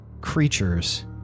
creatures